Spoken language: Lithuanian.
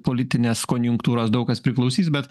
politinės konjunktūros daug kas priklausys bet